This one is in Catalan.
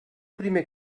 primer